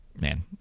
Man